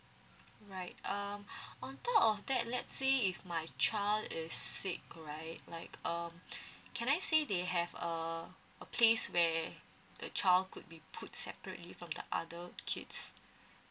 right uh on top of that let's say if my child is sick right like um can I say they have a a place where the child could be put separately from the other kids